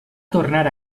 tornar